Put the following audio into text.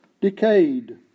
decayed